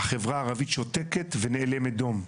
החברה הערבית שותקת ונאלמת דום,